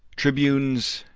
tribunes,